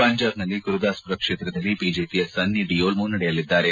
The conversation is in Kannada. ಪಂಜಾಬ್ನಲ್ಲಿ ಗುರುದಾಸಮರ ಕ್ಷೇತ್ರದಲ್ಲಿ ಬಿಜೆಒಯ ಸನ್ನಿ ಡಿಯೋಲ್ ಮುನ್ನಡೆಯಲ್ಲಿದ್ದಾರೆ